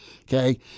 Okay